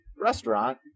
restaurant